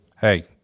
hey